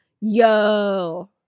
Yo